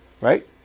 right